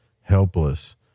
helpless